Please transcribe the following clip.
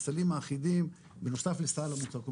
הסלים האחידים בנוסף לסל המוצר, כל